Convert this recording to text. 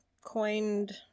coined